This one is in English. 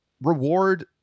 reward